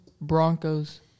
Broncos